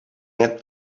had